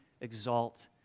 exalt